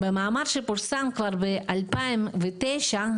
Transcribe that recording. במאמר שפורסם כבר בשנת 2009,